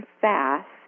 fast